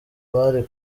bari